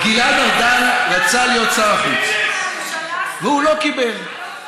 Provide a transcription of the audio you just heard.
גלעד ארדן רצה להיות שר החוץ, והוא לא קיבל.